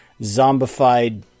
zombified